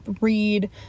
read